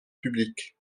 public